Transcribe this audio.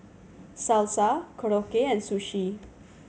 Salsa Korokke and Sushi